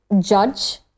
judge